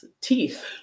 teeth